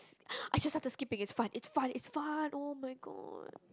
I just like the skipping it's fun it's fun it's fun [oh]-my-god